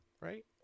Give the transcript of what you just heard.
right